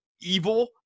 evil